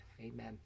Amen